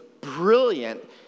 brilliant